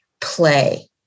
play